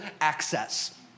access